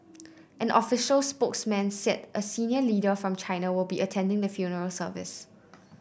an official spokesman said a senior leader from China will be attending the funeral service